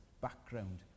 background